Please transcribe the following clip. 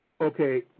okay